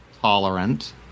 tolerant